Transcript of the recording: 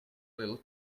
little